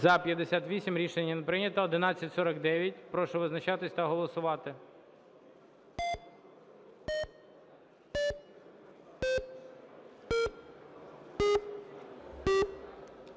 За-58 Рішення не прийнято. 1154. Прошу визначатись та голосувати.